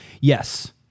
yes